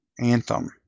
Anthem